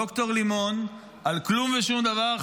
ד"ר לימון, על כלום ושום דבר.